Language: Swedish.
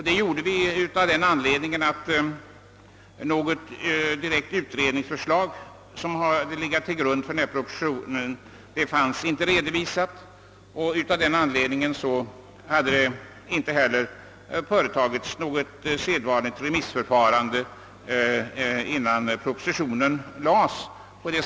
Det gjorde vi av den anledningen att något direkt utredningsförslag, som legat till grund för denna proposition, inte fanns redovisat. Därför hade inte heller sedvanligt remissförfarande ägt rum innan propositionen lades fram.